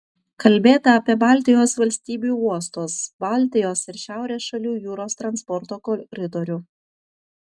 kalbėta apie baltijos valstybių uostus baltijos ir šiaurės šalių jūros transporto koridorių